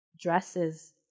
dresses